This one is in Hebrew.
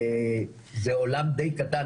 זה עולם די קטן,